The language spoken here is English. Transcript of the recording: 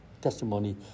testimony